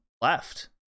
left